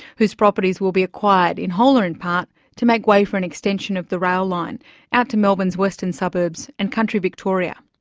whose properties will be acquired in whole or in part to make way for an extension of the rail line out to melbourne's western suburbs and country victoria.